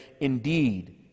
indeed